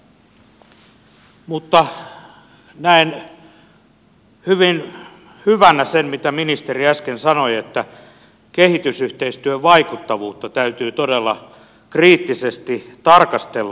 mutta näen hyvin hyvänä sen mitä ministeri äsken sanoi että kehitysyhteistyön vaikuttavuutta täytyy todella kriittisesti tarkastella